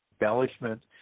embellishment